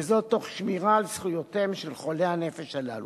וזאת תוך שמירה על זכויותיהם של חולי הנפש הללו.